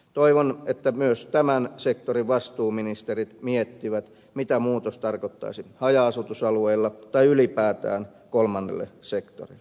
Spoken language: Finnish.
toivon että myös tämän sektorin vastuuministerit miettivät mitä muutos tarkoittaisi haja asutusalueilla tai ylipäätään kolmannelle sektorille